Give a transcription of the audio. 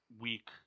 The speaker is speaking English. week